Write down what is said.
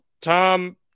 Tom